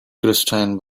christine